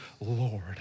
Lord